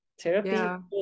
Therapy